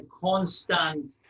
constant